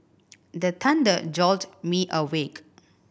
the thunder jolt me awake